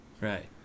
right